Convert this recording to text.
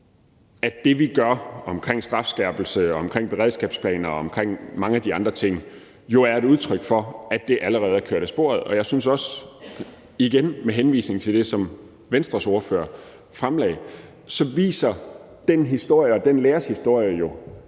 at det, vi gør med strafskærpelse, beredskabsplaner og mange af de andre ting, er et udtryk for, at det allerede er kørt af sporet. Jeg synes også, igen med henvisning til det, som Venstres ordfører fremlagde, at den historie og den lærers historie